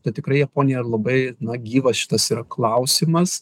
tai tikrai japonijoj ir labai na gyvas šitas klausimas